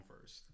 first